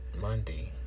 Monday